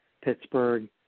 Pittsburgh